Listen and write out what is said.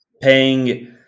paying